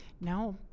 No